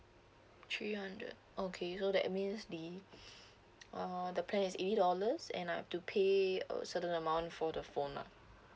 three hundred okay so that means the uh the plan is eighty dollars and I have to pay a certain amount for the phone lah